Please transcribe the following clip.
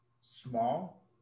small